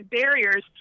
barriers